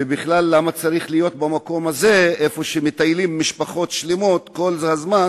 ובכלל, למה צריך להיות במקום הזה, היכן שכל הזמן